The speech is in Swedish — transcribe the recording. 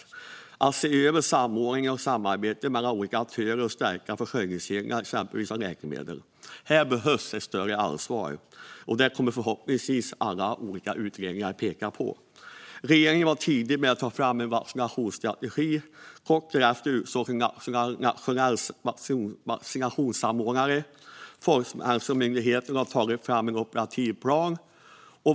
Vi måste se över samordning och samarbete mellan olika aktörer och stärka försörjningskedjorna av exempelvis läkemedel. Här behövs ett större statligt ansvar. Det kommer förhoppningsvis alla de olika utredningarna att peka på. Regeringen var tidig med att ta fram en vaccinationsstrategi. Kort därefter utsågs en nationell vaccinationssamordnare. Folkhälsomyndigheten har tagit fram en nationell operativ plan.